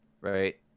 right